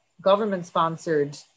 government-sponsored